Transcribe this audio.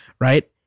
Right